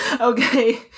Okay